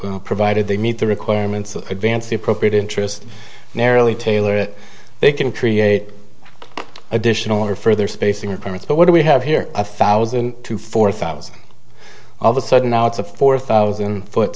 s provided they meet the requirements of advance the appropriate interest narrowly tailor it they can create additional or further spacing or permits but what do we have here a thousand to four thousand all the sudden now it's a four thousand